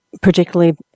particularly